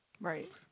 Right